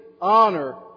honor